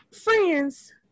Friends